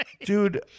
Dude